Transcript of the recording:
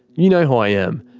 you know who i am,